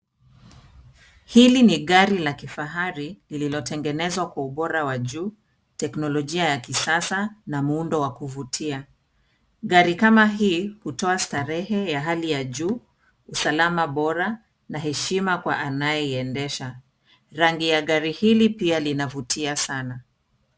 Hili ni gari la kifahari lililotengenezwa kwa ubora wa juu, teknolojia ya kisasa na muundo wa kuvutia. Gari kama hii hutoa starehe ya hali ya juu, usalama bora na heshima kwa anayeiendesha. Rangi ya gari hili pia linavutia sana.